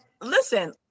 listen